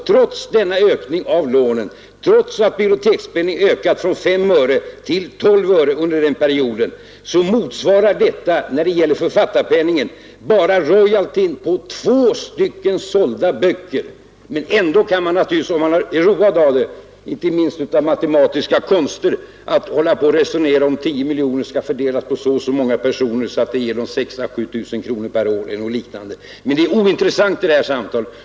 Trots denna ökning av lånen och trots att bibliotekspenningen höjts från 5 till 12 öre under perioden motsvarar ökningen, när det gäller författarpenningen, bara royalty för 2 sålda böcker. Ändå kan man naturligtvis, om man är road av matematiska konster, hålla på att resonera om 10 miljoner kronor skall fördelas på så och så många personer, så att det ger dem 6 000 å 7 000 kronor per år eller något liknande. Men det är ointressant i detta sammanhang.